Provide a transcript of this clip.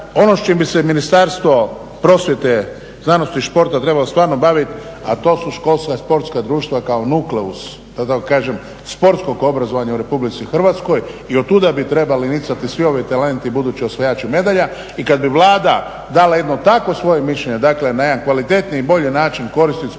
ono s čim bi se Ministarstvo prosvjete, znanosti i športa trebao stvarno baviti, a to su školska sportska društva kao nukleus da tako kažem sportskog obrazovanja u Republici Hrvatskoj i od tuda bi trebali nicati svi ovi talenti i budući osvajači medalja. I kad bi Vlada dala jedno takvo svoje mišljenje, dakle na jedan kvalitetniji i bolji način koristiti sportsku